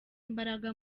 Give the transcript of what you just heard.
imbaraga